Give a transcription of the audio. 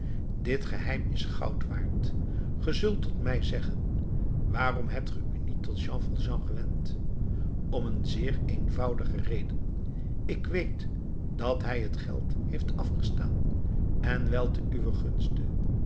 dit geheim is goud waard ge zult tot mij zeggen waarom hebt ge u niet tot jean valjean gewend om een zeer eenvoudige reden ik weet dat hij het geld heeft afgestaan en wel te uwen gunste